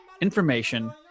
information